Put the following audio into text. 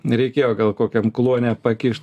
reikėjo gal kokiam kluone pakišt